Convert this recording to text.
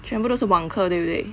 全部都是网课对不对